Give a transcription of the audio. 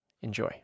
Enjoy